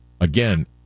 again